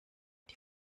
die